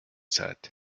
said